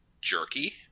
jerky